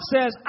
says